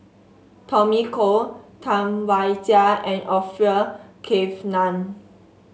Tommy Koh Tam Wai Jia and Orfeur Cavenagh